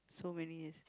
so many years